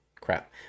crap